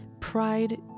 pride